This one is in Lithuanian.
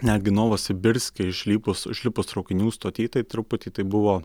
netgi novosibirske išlipus išlipus traukinių stoty tai truputį tai buvo